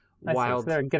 wild